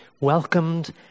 welcomed